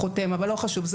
חותם אבל לא חשוב,